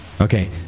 Okay